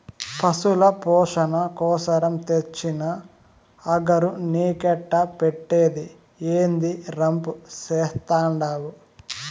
పశుల పోసణ కోసరం తెచ్చిన అగరు నీకెట్టా పెట్టేది, ఏందీ రంపు చేత్తండావు